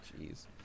Jeez